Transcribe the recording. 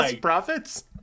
profits